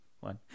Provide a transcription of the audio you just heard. one